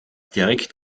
direkt